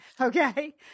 Okay